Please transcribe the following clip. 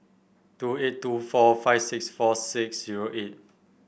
two eight two four five six four six zero eight